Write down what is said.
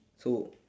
so